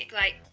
like,